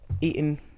eating